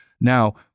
Now